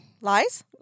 lies